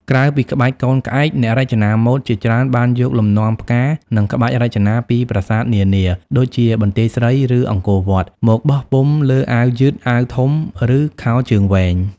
ក្រៅពីក្បាច់កូនក្អែក អ្នករចនាម៉ូដជាច្រើនបានយកលំនាំផ្កា និងក្បាច់រចនាពីប្រាសាទនានា ដូចជាបន្ទាយស្រី ឬអង្គរវត្ត មកបោះពុម្ព លើអាវយឺត អាវធំ ឬខោជើងវែង។